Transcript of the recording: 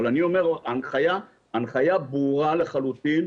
ההנחיה ברורה לחלוטין,